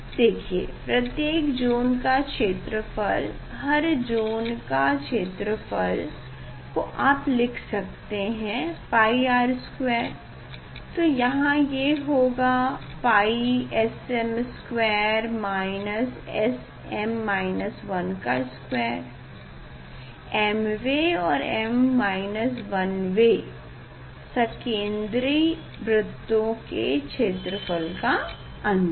देखिए प्रत्येक ज़ोन का क्षेत्रफल हर ज़ोन का क्षेत्रफल को आप लिख सकते है πr2 यो यहाँ ये होगा πSm2 Sm 12 mवे और वे सकेंद्री वृत्तों के क्षेत्रफल का अन्तर